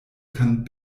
kann